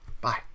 Bye